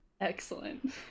Excellent